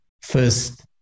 first